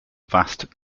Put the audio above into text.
vast